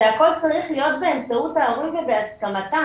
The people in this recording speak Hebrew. הכל צריך להיות באמצעות ההורים ובהסכמתם.